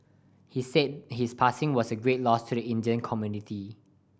he said his passing was a great loss to the Indian community